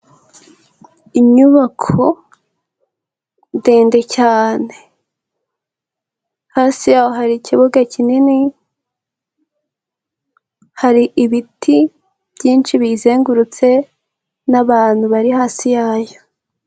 Inyubako ndende cyane, hasi yaho hari ikibuga kinini. Hari ibiti byinshi biyizengurutse n'abantu bari hasi yayo.